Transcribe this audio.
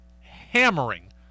hammering